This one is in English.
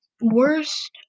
worst